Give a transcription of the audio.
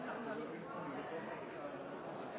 landet. Vi har